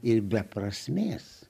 ir be prasmės